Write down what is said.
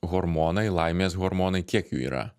hormonai laimės hormonai kiek jų yra